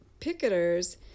picketers